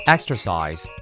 Exercise